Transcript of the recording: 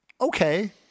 Okay